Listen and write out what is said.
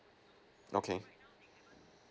okay